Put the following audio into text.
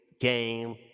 game